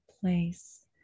place